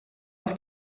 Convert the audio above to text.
auf